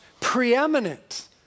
preeminent